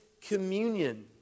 communion